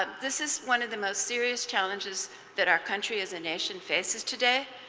ah this is one of the most serious challenges that our country as a nation faces today.